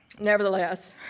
Nevertheless